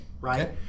right